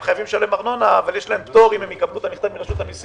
יש לי 100 אבל זאת ההתנהלות שלנו מול משרד האוצר?